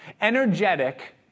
energetic